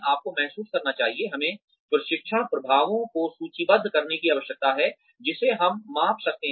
आपको महसूस करना चाहिए हमें प्रशिक्षण प्रभावों को सूचीबद्ध करने की आवश्यकता है जिसे हम माप सकते हैं